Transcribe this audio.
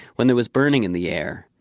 when there was burning in the air,